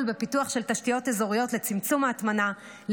בפיתוח של תשתיות אזוריות לצמצום ההטמנה,